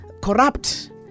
corrupt